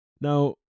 Now